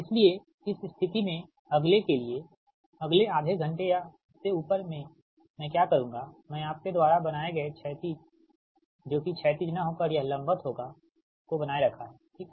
इसलिए इस स्थिति में अगले के लिए अगले आधे घंटे या उससे ऊपर मैं क्या करूँगामैं आपके द्वारा बनाए गए क्षैतिज जो कि क्षैतिज न होकर यह लंबवत होगा को बनाए रखा है ठीक